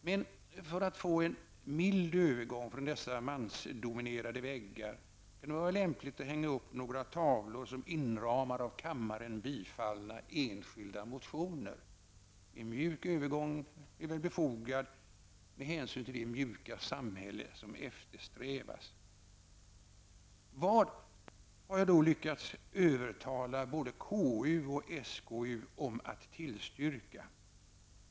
Men för att få en mild övergång från dessa mansdominerade väggar, kan det vara lämpligt att hänga upp några tavlor som inramar av kammaren bifallna enskilda motioner. En mjuk övergång är väl befogad med hänsyn till det mjuka samhälle som eftersträvas. Vad har jag då lyckats övertala både KU och SkU om att tillstyrka?